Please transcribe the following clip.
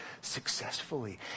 successfully